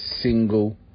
single